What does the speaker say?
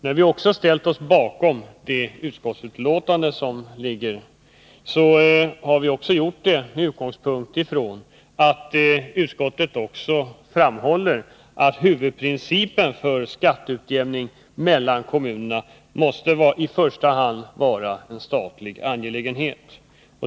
Vi har också ställt oss bakom förslaget i det betänkande som föreligger, och det har vi gjort med utgångspunkt i att utskottet också framhåller att huvudprincipen måste vara att skatteutjämning mellan kommuner i första hand är en statlig angelägenhet.